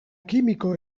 kimiko